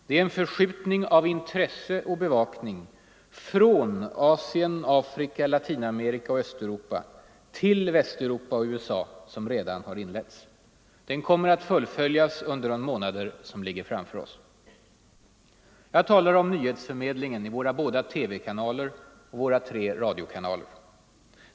Det är en förskjutning av intresse och bevakning från Asien, Afrika, Latinamerika och Östeuropa rill Västeuropa och USA som redan inletts. Den kommer att fullföljas under de månader som ligger framför oss. Jag talar om nyhetsförmedlingen i våra båda TV-kanaler och våra tre radiokanaler.